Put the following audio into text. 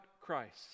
Christ